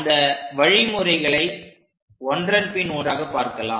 அந்த வழிமுறைகளை ஒன்றன்பின் ஒன்றாக பார்க்கலாம்